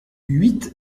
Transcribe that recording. huit